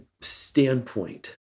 standpoint